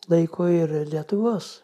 laiko ir lietuvos